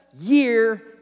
year